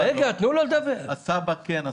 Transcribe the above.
הסבא כן,